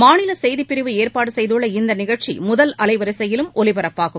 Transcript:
மாநில செய்திப்பிரிவு ஏற்பாடு செய்துள்ள இந்த நிகழ்ச்சி முதல் அலைவரிசையிலும் ஒலிபரப்பாகும்